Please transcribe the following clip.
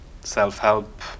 self-help